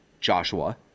Joshua